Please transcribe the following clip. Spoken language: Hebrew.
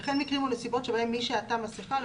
וכן מקרים ונסיבות שבהם מי עטה מסכה לא